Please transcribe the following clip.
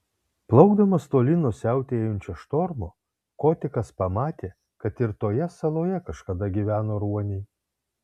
plaukdamas tolyn nuo siautėjančio štormo kotikas pamatė kad ir toje saloje kažkada gyveno ruoniai